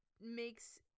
makes